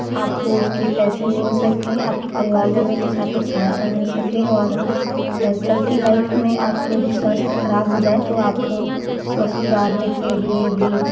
आपको उसके पैसे मिल सकें आप के परिवार जनों को सबको सहायता मिल सके और चलती लाइफ़ में आप की यदि स्वास्थ्य खराब हो जाए तो आपको स्वास्थ्य सुधारने के लिए भी